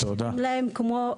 נכון.